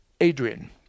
Adrian